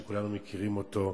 שכולנו מכירים אותו.